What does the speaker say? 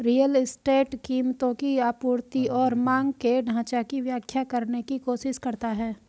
real estate कीमतों की आपूर्ति और मांग के ढाँचा की व्याख्या करने की कोशिश करता है